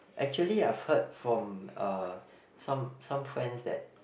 actually I've heard from uh some some friends that